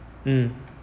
mm